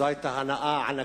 זו היתה הנאה ענקית.